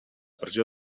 pressió